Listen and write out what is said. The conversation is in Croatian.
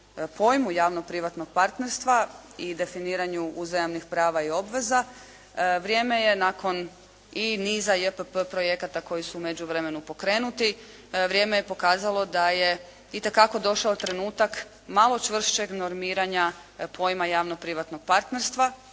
pojmu javno privatnog partnerstva i definiranju uzajamnih prava i obveza. Vrijeme je nakon i niza JPP projekta koji su u međuvremenu pokrenuti, vrijeme je pokazalo da je itekako došao trenutak malo čvršćeg normiranja pojma javno privatnog partnerstva